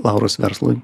lauros verslui